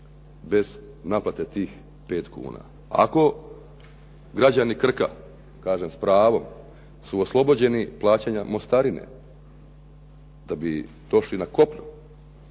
bez naplate tih 5 kuna. Ako građani Krka, kažem s pravom, su oslobođeni plaćanja mostarine da bi došli na kopno,